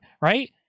right